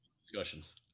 discussions